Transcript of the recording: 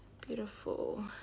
Beautiful